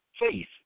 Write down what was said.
faith